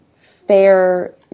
fair